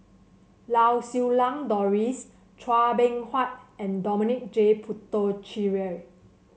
Lau Siew Lang Doris Chua Beng Huat and Dominic J Puthucheary